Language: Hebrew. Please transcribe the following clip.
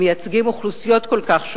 הם מייצגים אוכלוסיות כל כך שונות,